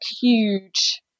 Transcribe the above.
huge